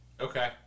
Okay